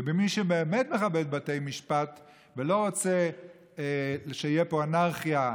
ומי שבאמת מכבד בתי משפט ולא רוצה שתהיה פה אנרכיה,